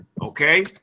okay